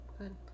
Good